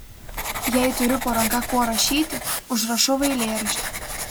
jei turiu po ranka kuo rašyti užrašau eilėraštį